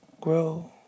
grow